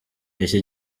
iki